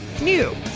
new